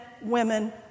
women